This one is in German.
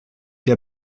der